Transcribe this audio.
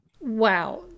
wow